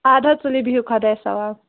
اَدٕ حظ تُلِو بِہِو خۄدایس حوال